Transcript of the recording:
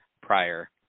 prior